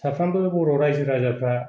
साफ्रोमबो बर' रायजो राजाफ्रा